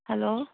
hello